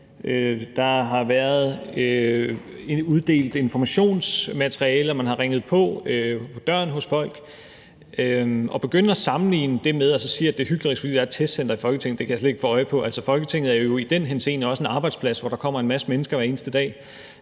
Der har været uddelt informationsmateriale, og man har ringet på døren hos folk. At begynde at sammenligne og sige, at det er hyklerisk, fordi der er et testcenter i Folketinget, kan jeg slet ikke få øje på. Folketinget er jo i den henseende også en arbejdsplads, hvor der kommer en masse mennesker hver eneste dag,